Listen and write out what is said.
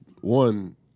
one